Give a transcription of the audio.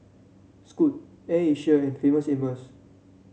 Scoot Air Asia and Famous Amos